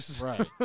right